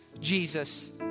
Jesus